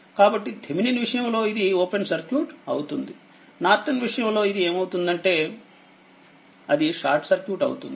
కాబట్టిథెవెనిన్విషయంలోఇది open circuit అవుతుందినార్టన్విషయంలోఇది ఏమవుతుందంటేఅది short circuit అవుతుంది